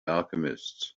alchemists